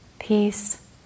peace